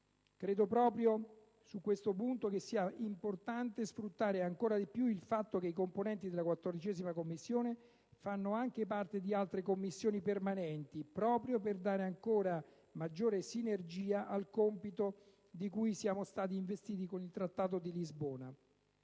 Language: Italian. Credo proprio, su questo punto, che sia importante sfruttare ancora di più il fatto che i componenti della 14a Commissione fanno anche parte di altre Commissioni permanenti proprio per dare una ancora maggiore sinergia al compito di cui siamo stati investiti con il Trattato di Lisbona.